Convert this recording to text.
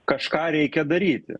kažką reikia daryti